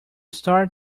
start